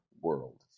world